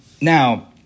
Now